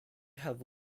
have